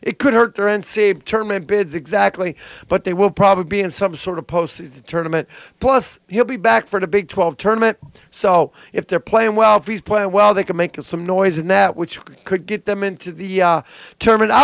it could hurt their n c a a tournament bids exactly but they will probably be in some sort of post tournaments plus he'll be back for the big twelve tournaments so if they're playing well if he's playing well they can make some noise and that which could get them into the term and i